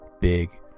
big